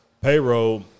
Payroll